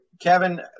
Kevin